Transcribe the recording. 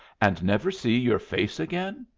and never see your face again?